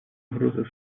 угрозы